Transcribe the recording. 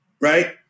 Right